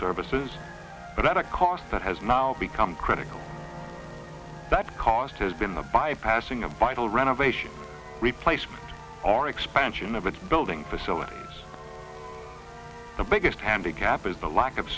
services but at a cost that has now become critical that cost has been the bypassing of vital renovation replaced our expansion of its building facilities the biggest handicap is the lack of